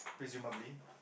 presumably